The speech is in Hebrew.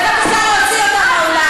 בבקשה להוציא אותה מהאולם.